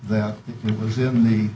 that it was in the